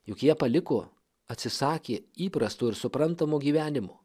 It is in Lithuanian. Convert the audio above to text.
juk jie paliko atsisakė įprasto ir suprantamo gyvenimo